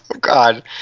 God